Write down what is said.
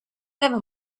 never